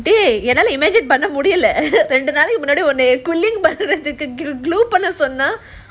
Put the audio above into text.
dey என்னால:ennala imagine பண்ண முடில ரெண்டு நாளைக்கு முன்னாடியே உன்ன:panna mudila rendu naalaiku munnadiyae unna glue பண்ண சொன்னா:panna sonnaa